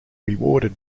rewarded